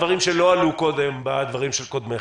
דברים שלא עלו בדברים של קודמיך.